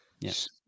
Yes